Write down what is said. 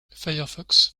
firefox